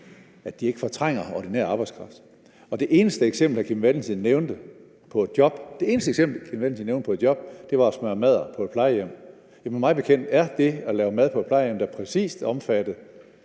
ikke fortrænger ordinær arbejdskraft. Og det eneste eksempel, hr. Kim Valentin nævnte, på et job, var at smøre madder på et plejehjem. Mig bekendt er det at lave mad på et plejehjem præcis indbefattet